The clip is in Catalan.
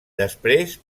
després